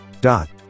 Dot